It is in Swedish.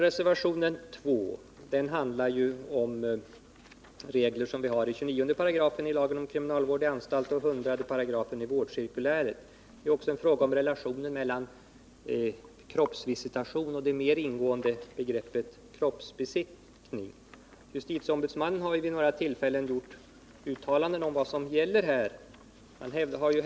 Reservationen 2 avser de regler som finns i 29 § i lagen om kriminalvård i anstalt och i 100 § i vårdcirkuläret. Det gäller här också frågan om relationen mellan kroppsvisitation och det mer ingående begreppet kroppsbesiktning. Justitieombudsmannen har vid några tillfällen gjort uttalanden om vad som gäller i detta avseende.